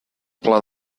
pla